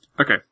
Okay